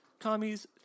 Commies